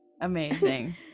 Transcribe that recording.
Amazing